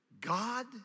God